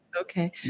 Okay